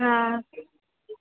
हा